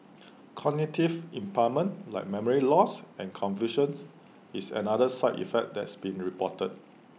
cognitive impairment like memory loss and confusions is another side effect that's been reported